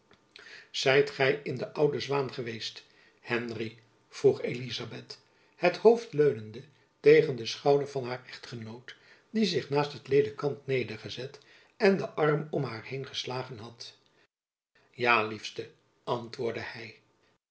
zijt gy in de oude zwaen geweest henry vroeg elizabeth het hoofd leunende tegen den schouder van haar echtgenoot die zich naast het ledekant nedergezet en den arm om haar heen geslagen had ja liefste antwoordde hy